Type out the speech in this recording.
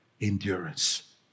endurance